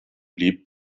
blieb